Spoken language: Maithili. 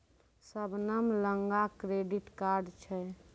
शबनम लगां क्रेडिट कार्ड छै